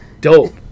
dope